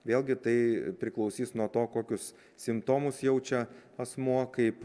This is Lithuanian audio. vėlgi tai priklausys nuo to kokius simptomus jaučia asmuo kaip